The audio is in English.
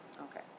Okay